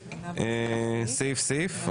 סעיף-סעיף?